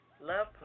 love